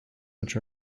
which